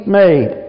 made